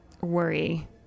worry